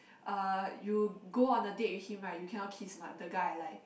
uh you go on a date with him right you cannot kiss my the guy I like